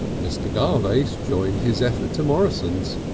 mr. garvace joined his effort to morrison's.